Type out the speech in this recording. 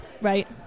right